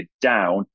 down